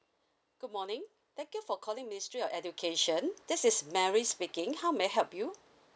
good morning thank you for calling ministry of education this is mary speaking how may I help you